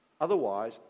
Otherwise